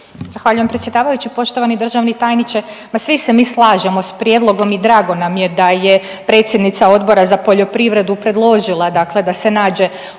Zahvaljujem predsjedavajući, poštovani državni tajniče. Pa svi se mi slažemo s prijedlogom i drago nam je da je predsjednica Odbora za poljoprivredu predložila dakle da